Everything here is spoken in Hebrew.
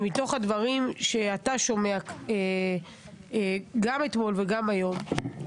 ומתוך הדברים שאתה שומע גם אתמול וגם היום,